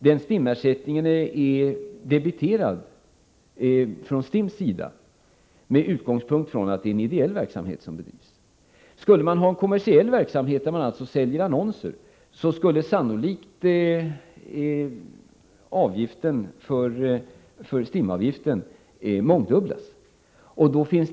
Den ersättningen är debiterad från STIM:s sida med utgångspunkt från att det är en ideell verksamhet som bedrivs. Skulle man ha kommersiell verksamhet, där man alltså säljer annonser, skulle STIM-avgiften sannolikt mångdubblas.